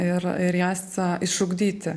ir ir jas išugdyti